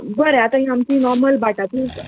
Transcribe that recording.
बरें आतां ही आमची नॉर्मल बाटाची